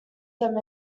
them